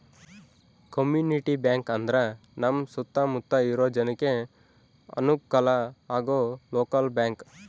community bank ಅಂದ್ರ ನಮ್ ಸುತ್ತ ಮುತ್ತ ಇರೋ ಜನಕ್ಕೆ ಅನುಕಲ ಆಗೋ ಲೋಕಲ್ ಬ್ಯಾಂಕ್